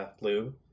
lube